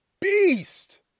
beast